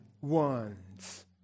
ones